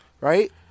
right